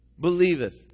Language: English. believeth